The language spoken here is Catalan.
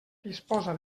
disposa